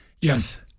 yes